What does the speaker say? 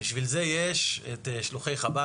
בשביל זה יש את שלוחי חב"ד,